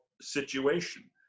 situation